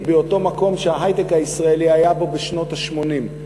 באותו מקום שההיי-טק הישראלי היה בו בשנות ה-80,